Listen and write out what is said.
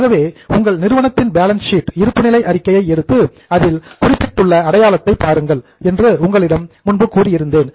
ஆகவே உங்கள் நிறுவனத்தின் பேலன்ஸ் ஷீட் இருப்புநிலை அறிக்கையை எடுத்து அதில் குறிப்பிட்டுள்ள அடையாளத்தை பாருங்கள் என்று உங்களிடம் கூறியிருந்தேன்